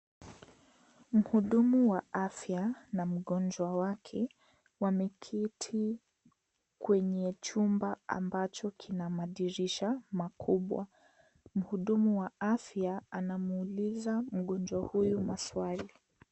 Muhudumu wa afya na mgonjwa wake wameketi kwenye chumba ambacho ina madirisha makubwa muudumu wa afya anamuuliza mgonjwa huyu maswali.